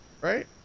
right